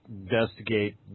investigate